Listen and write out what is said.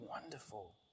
wonderful